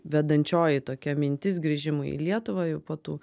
vedančioji tokia mintis grįžimui į lietuvą jau po tų